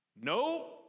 No